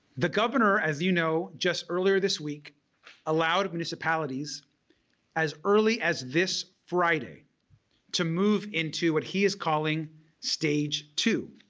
the governor as you know just earlier this week allowed municipalities as early as this friday to move into what he is calling stage two.